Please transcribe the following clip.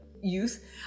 youth